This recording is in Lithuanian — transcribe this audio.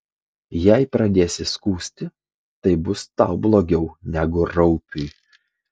jei pradėsi skųsti tai bus tau blogiau negu raupiui